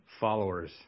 followers